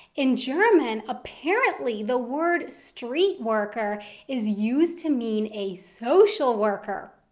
in german, apparently, the word streetworker is used to mean a social worker.